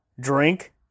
drink